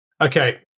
Okay